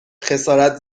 خسارت